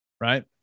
Right